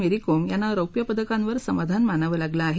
मेरी कोम यांना रौप्य पदकांवर समाधान मानावं लागलं आहे